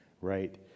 right